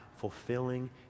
Fulfilling